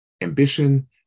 ambition